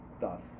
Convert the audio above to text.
thus